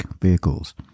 vehicles